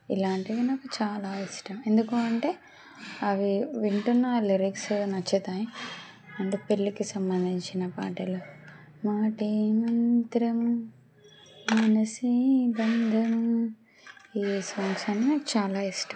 ఇలాంటివి నాకు చాలా ఇష్టం ఎందుకు అంటే అవి వింటున్న లిరిక్స్ నచ్చుతాయి అంటే పెళ్లికి సంబంధించిన పాటలు మాటే మంత్రము మనసే బంధము ఈ సాంగ్స్ అన్న నాకు చాలా ఇష్టం